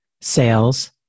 sales